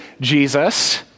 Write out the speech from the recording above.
Jesus